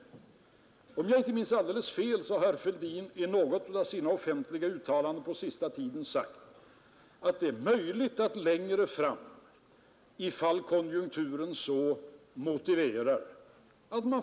Om jag inte minns alldeles fel har herr Fälldin i något av sina offentliga uttalanden på senaste tiden sagt, att det är möjligt att man får tänka sig en momshöjning, därest konjunkturen längre fram motiverar detta.